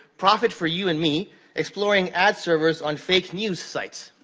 profit for you and me exploring ad servers on fake news sites.